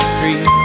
tree